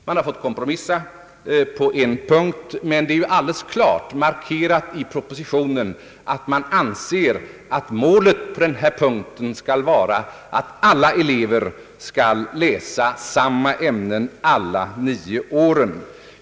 Man har fått kompromissa på en punkt, men jag vill klart markera att jag anser att målet på denna punkt skall vara att alla elever skall läsa samma ämnen under alla nio åren.